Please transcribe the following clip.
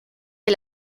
est